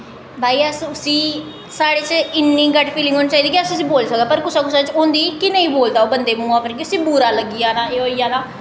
भाई अस उस्सी साढ़े च इन्नी गट्ठ फिलिंग होनीं चाहिदी कि अस उस्सी बोल्ली सकै पर कुसै कुसै च होंदी कि नेईं बोलदा ओह् बंदे दे मुहां पर इस्सी बुरा लग्गी जाना एह् होई जाना